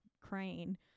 crane